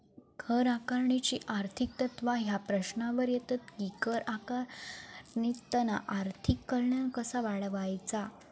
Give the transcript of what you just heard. कर आकारणीची आर्थिक तत्त्वा ह्या प्रश्नावर येतत कि कर आकारणीतना आर्थिक कल्याण कसा वाढवायचा?